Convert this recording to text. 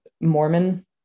Mormon